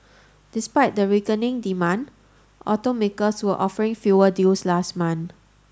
despite the weakening demand automakers were offering fewer deals last month